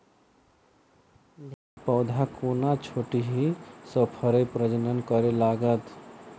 भिंडीक पौधा कोना छोटहि सँ फरय प्रजनन करै लागत?